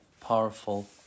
powerful